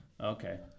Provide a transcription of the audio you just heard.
okay